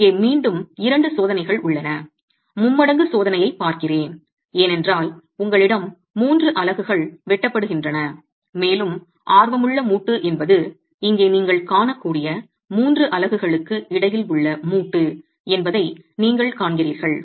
இங்கே மீண்டும் இரண்டு சோதனைகள் உள்ளன மும்மடங்கு சோதனையைப் பார்க்கிறேன் ஏனென்றால் உங்களிடம் 3 அலகுகள் வெட்டப்படுகின்றன மேலும் ஆர்வமுள்ள மூட்டு என்பது இங்கே நீங்கள் காணக்கூடிய 3 அலகுகளுக்கு இடையில் உள்ள மூட்டு என்பதை நீங்கள் காண்கிறீர்கள்